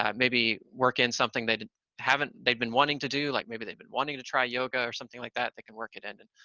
maybe work in something they di haven't, they've been wanting to do, like maybe they've been wanting to try yoga or something like that. they can work it in, and